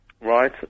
right